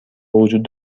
وجود